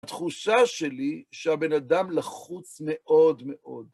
התחושה שלי שהבן אדם לחוץ מאוד מאוד.